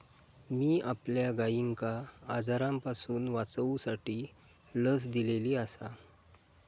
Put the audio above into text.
मी आपल्या गायिंका आजारांपासून वाचवूसाठी लस दिलेली आसा